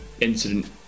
incident